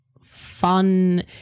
fun